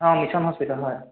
অঁ mission hospital হয়